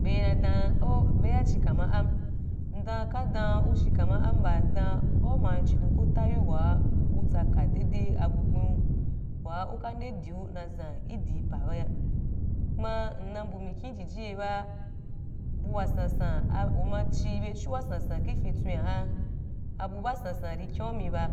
Be na dun “oh” be yan chi ka ma am, ndan, ka dan uchi ka ma amba, dan aúma chidon ku fa ya wa’a utsaka dede abu gbe’u, wa uka de diu na zan idiu pa ba, ku uka de diu na zan idiu pa ba, ku ma nna mbu mikhi ijiji ye ba bu wasansan, uma chi bechu wasɛnsɛn ki fintweh aha, abu ba sansan ke kyeu mi ba,